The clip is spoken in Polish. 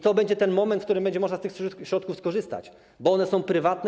To będzie ten moment, w którym będzie można z tych środków skorzystać, bo one są prywatne.